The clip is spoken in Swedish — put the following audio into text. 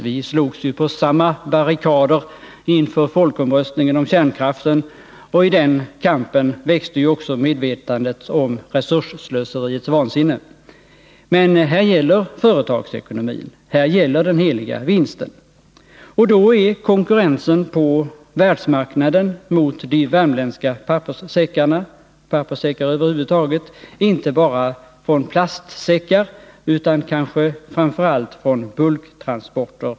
Vi slogs på samma barrikader inför folkomröstningen om kärnkraften, och i den kampen växte ju också medvetandet om resursslöseriets vansinne. Men här gäller det företagsekonomin, här gäller den heliga vinsten. Och då är konkurrensen på världsmarknaden mot de värmländska papperssäckarna och papperssäckar över huvud taget stark, inte bara från plastsäckar utan kanske framför allt från bulktransporter.